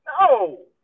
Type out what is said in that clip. No